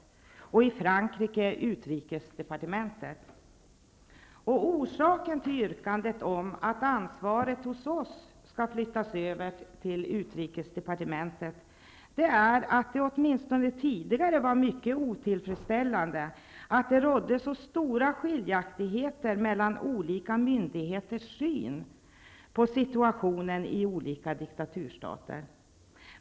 I Frankrike är det utrikesdepartementet. Orsaken till yrkandet om att ansvaret hos oss skall flyttas över till utrikesdepartementet är att det åtminstone tidigare var mycket otillfredsställande att det rådde så stora skiljaktigheter mellan olika myndigheters syn på situationen i olika diktaturstater.